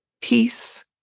Peace